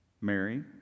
Mary